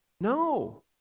No